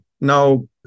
Now